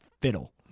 fiddle